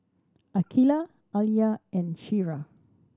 Aqeelah Alya and Syirah